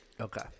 Okay